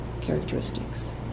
characteristics